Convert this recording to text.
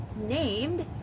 named